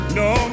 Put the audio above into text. no